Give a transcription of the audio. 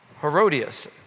Herodias